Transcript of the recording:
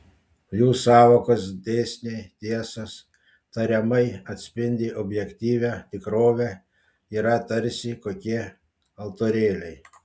jų sąvokos dėsniai tiesos tariamai atspindį objektyvią tikrovę yra tarsi kokie altorėliai